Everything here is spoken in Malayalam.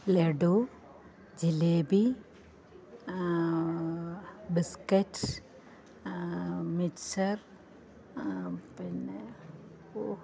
ലഡു ജിലേബി ബിസ്ക്കറ്റ് മിക്സ്ചർ പിന്നെ ഓ